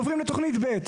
עוברים לתוכנית ב'.